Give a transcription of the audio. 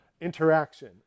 interaction